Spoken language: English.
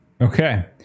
okay